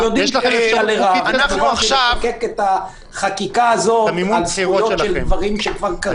--- לחוקק את החוקה הזאת על זכויות של דברים שכבר קרו